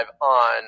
on